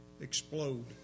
explode